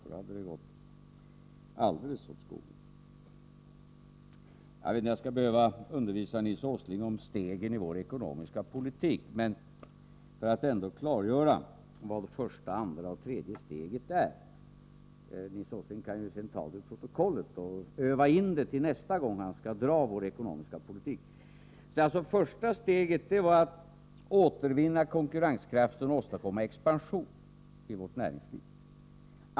Då hade det gått alldeles åt skogen. Jag vet inte om jag skall behöva undervisa Nils Åsling om stegen i vår ekonomiska politik. Jag vill ändå klargöra vad första, andra och tredje steget är, så att han kan se detta i protokollen och öva in det till nästa gång han skall dra vår ekonomiska politik. Första steget var att återvinna konkurrenskraften och åstadkomma expansion i vår ekonomi.